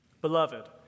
Beloved